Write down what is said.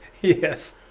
Yes